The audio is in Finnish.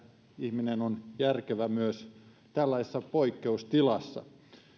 ihminen on järkevä myös tällaisessa poikkeustilassa